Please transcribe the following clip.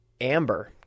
Amber